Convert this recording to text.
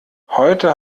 heute